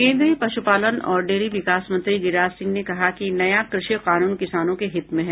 केन्द्रीय पश्पालन और डेयरी विकास मंत्री गिरिराज सिंह ने कहा है कि नया कृषि कानून किसानों के हित में है